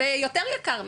אז יותר יקר,